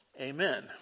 Amen